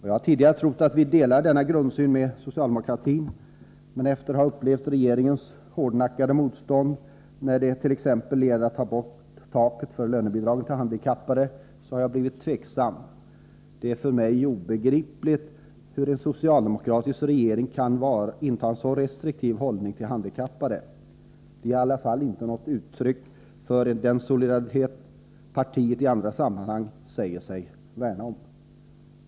Jag har tidigare trott att vi delar denna grundsyn med socialdemokratin, men efter att ha upplevt regeringens hårdnackade motstånd när det t.ex. gäller att ta bort taket för lönebidragen till handikappade har jag blivit tveksam. Det är för mig obegripligt hur en socialdemokratisk regering kan inta en så restriktiv hållning till de handikappade. Det är i vart fall inte något uttryck för den solidaritet partiet i andra sammanhang säger sig värna om.